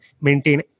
Maintain